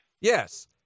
Yes